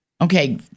okay